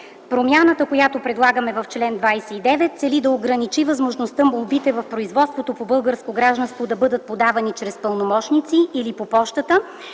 Промяната, която предлагаме в чл. 29, цели да ограничи възможността молбите в производството по българско гражданство да бъдат подавани чрез пълномощници или по пощата,